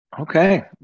Okay